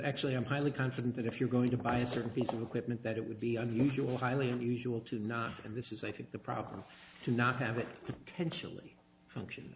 actually i'm highly confident that if you're going to buy a certain piece of equipment that it would be unusual highly unusual to not and this is i think the problem to not have it potentially function